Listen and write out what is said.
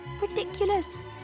ridiculous